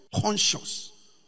conscious